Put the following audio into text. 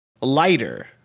lighter